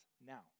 now